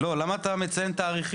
לא, למה אתה מציין תאריכים?